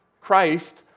Christ